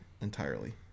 entirely